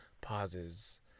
pauses